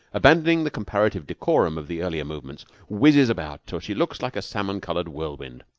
abandoning the comparative decorum of the earlier movements, whizzes about till she looks like a salmon-colored whirlwind.